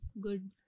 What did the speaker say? good